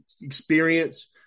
experience